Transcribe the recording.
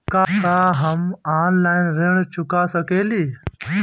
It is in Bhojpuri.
का हम ऑनलाइन ऋण चुका सके ली?